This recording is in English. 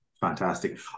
fantastic